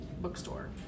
bookstore